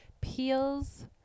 Peel's